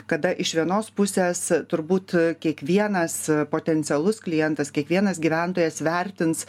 kada iš vienos pusės turbūt kiekvienas potencialus klientas kiekvienas gyventojas vertins